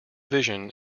vision